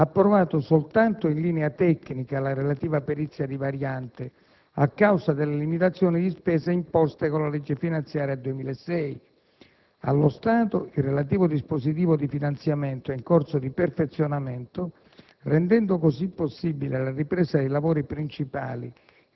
ha approvato soltanto in linea tecnica la relativa perizia di variante, a causa delle limitazioni di spesa imposte con la legge finanziaria 2006. Allo stato, il relativo dispositivo di finanziamento è in corso di perfezionamento, rendendo così possibile la ripresa dei lavori principali